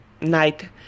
night